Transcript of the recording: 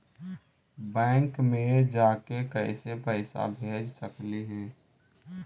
Bank मे जाके कैसे पैसा भेज सकली हे?